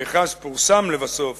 המכרז פורסם לבסוף